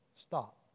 Stop